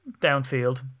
downfield